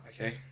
okay